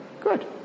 Good